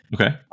okay